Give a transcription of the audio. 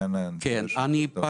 אני לא